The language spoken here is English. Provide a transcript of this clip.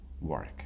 work